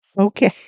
Okay